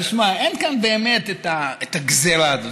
תשמע, אין כאן באמת את הגזרה הזאת.